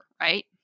right